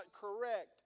correct